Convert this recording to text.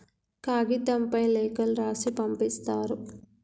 కాగితంపై లేఖలు రాసి పంపిస్తారు